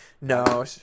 No